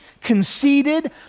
conceited